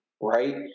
right